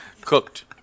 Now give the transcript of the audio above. Cooked